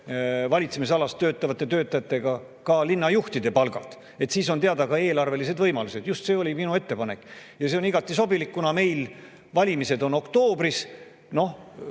valitsemisalas töötavate töötajatega linnajuhtide palgad. Siis on teada ka eelarvelised võimalused. Just see oli minu ettepanek ja see on igati sobilik, kuna valimised on oktoobris,